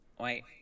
Wait